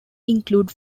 include